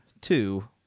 two